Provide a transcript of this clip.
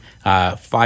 five